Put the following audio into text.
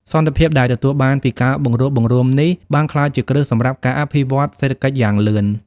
សន្តិភាពដែលទទួលបានពីការបង្រួបបង្រួមនេះ បានក្លាយជាគ្រឹះសម្រាប់ការអភិវឌ្ឍសេដ្ឋកិច្ចយ៉ាងលឿន។